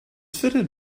fitted